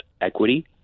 equity